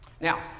now